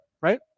right